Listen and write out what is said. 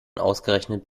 ausgerechnet